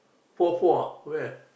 four four ah where